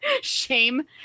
Shame